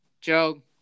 Joe